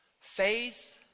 faith